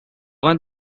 one